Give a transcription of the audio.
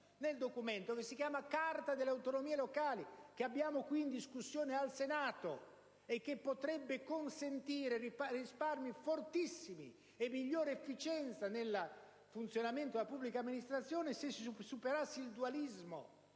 nel Documento, che si chiama Carta delle autonomie locali, al momento in discussione al Senato. Essa potrebbe consentire risparmi fortissimi e migliore efficienza nel funzionamento della pubblica amministrazione, superando ad esmpio il dualismo